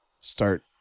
start –